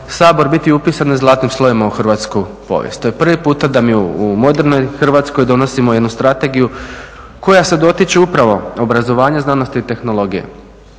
Sabor biti upisano zlatnim slovima u hrvatsku povijest. To je prvi puta da mi u modernoj Hrvatskoj donosimo jednu strategiju koja se dotiče upravo obrazovanja znanosti i tehnologije